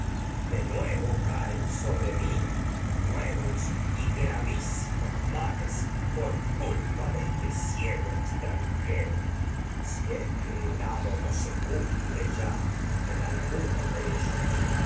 de nuevo caen sobre mí y gravísimos males es por culpa de este ciego ex en tranjero si de que no el hado puedo no se cumple ya haya alguno sin ve ellos